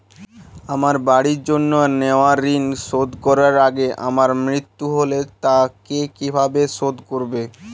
আমার বাড়ির জন্য নেওয়া ঋণ শোধ করার আগে আমার মৃত্যু হলে তা কে কিভাবে শোধ করবে?